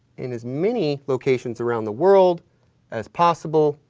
in as many locations around the world as possible.